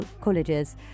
colleges